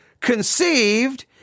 conceived